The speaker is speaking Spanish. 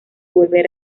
volver